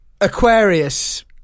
Aquarius